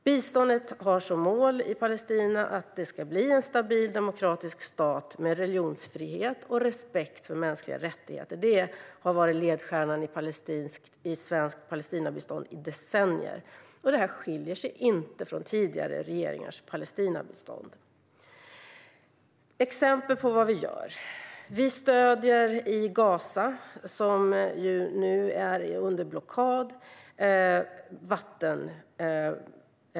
Biståndet i Palestina har som mål att det ska bli en stabil demokratisk stat med religionsfrihet och respekt för mänskliga rättigheter. Det har varit ledstjärnan för svenskt Palestinabistånd i decennier. Här finns ingen skillnad jämfört med tidigare regeringars Palestinabistånd. Jag ska nämna några exempel på vad vi gör. Vi stöder vattenförvaltning i Gaza, som ju nu är under blockad.